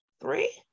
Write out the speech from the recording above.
three